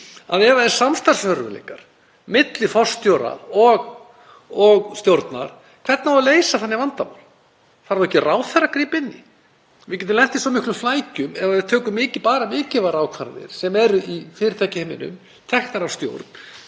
að ef það eru samstarfsörðugleikar milli forstjóra og stjórnar hvernig á að leysa þannig vandamál? Þarf þá ekki að ráðherra að grípa inn í? Við getum lent í svo miklum flækjum ef við tökum bara mikilvægar ákvarðanir sem eru í fyrirtækjaheiminum teknar af stjórn.